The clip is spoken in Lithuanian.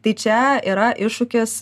tai čia yra iššūkis